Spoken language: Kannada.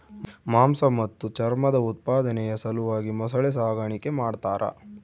ಮಾಂಸ ಮತ್ತು ಚರ್ಮದ ಉತ್ಪಾದನೆಯ ಸಲುವಾಗಿ ಮೊಸಳೆ ಸಾಗಾಣಿಕೆ ಮಾಡ್ತಾರ